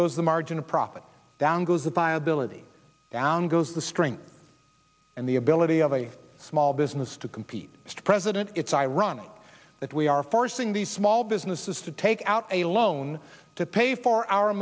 goes the margin of profit down goes the buy ability down goes the strength and the ability of a small business to compete mr president it's ironic that we are forcing these small businesses to take out a loan to pay for our